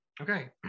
Okay